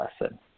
lesson